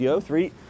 Three